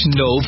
no